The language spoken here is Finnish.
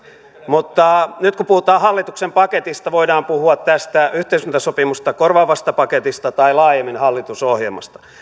mutta nyt kun puhutaan hallituksen paketista voidaan puhua tästä yhteiskuntasopimusta korvaavasta paketista tai laajemmin hallitusohjelmasta